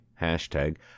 hashtag